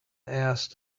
asked